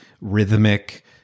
rhythmic